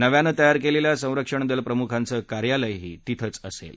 नव्यानं तयार केलेल्या संरक्षण दल प्रमुखांचं कार्यालयही तिथच असेल